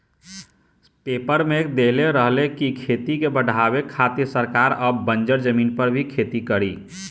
पेपरवा में देले रहे की खेती के बढ़ावे खातिर सरकार अब बंजर जमीन पर भी खेती करी